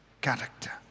character